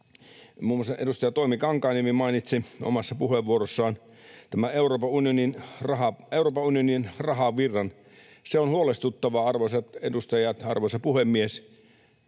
muun muassa edustaja Toimi Kankaanniemi mainitsi omassa puheenvuorossaan tämän Euroopan unionin rahavirran. Se on huolestuttava, arvoisat edustajat, arvoisa puhemies.